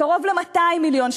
קרוב ל-200 מיליון שקלים.